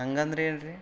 ಹಂಗಂದ್ರೆ ಹೇಳ್ರಿ